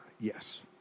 Yes